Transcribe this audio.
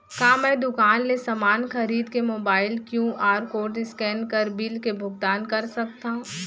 का मैं दुकान ले समान खरीद के मोबाइल क्यू.आर कोड स्कैन कर बिल के भुगतान कर सकथव?